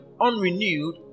unrenewed